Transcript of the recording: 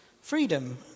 freedom